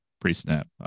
pre-snap